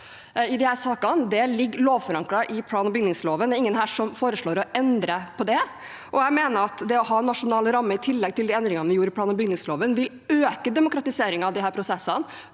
i disse sakene ligger lovforankret i plan- og bygningsloven. Det er ingen som her foreslår å endre på det. Jeg mener at det å ha nasjonal ramme, i tillegg til de endringene vi gjorde i plan- og bygningsloven, vil øke demokratisering av disse prosessene